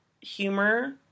humor